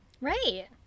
right